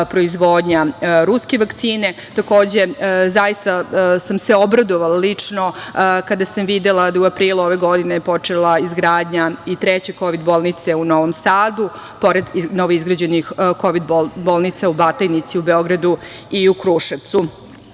proizvodnja ruske vakcine. Takođe, zaista sam se obradovala lično kada sam videla da u aprilu ove godine je počela izgradnja i treće kovid bolnice u Novom Sadu, pored novoizgrađenih kovid bolnica u Batajnici u Beogradu i u Kruševcu.Zašto